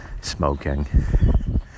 smoking